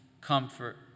comfort